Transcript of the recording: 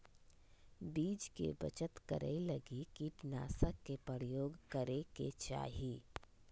बीज के बचत करै लगी कीटनाशक के प्रयोग करै के चाही